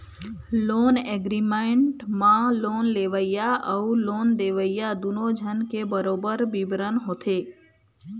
loan agreement म loan लेवइया अउ लोन देवइया दूनो झन के बरोबर बिबरन होथे